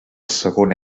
segona